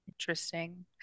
interesting